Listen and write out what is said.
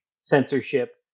Censorship